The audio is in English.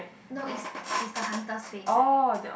no is is the hunter's face eh